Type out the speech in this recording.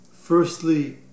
Firstly